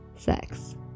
sex